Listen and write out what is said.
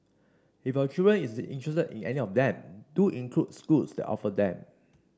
if your children is interested in any of them do include schools that offer them